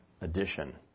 addition